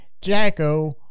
Jacko